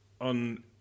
on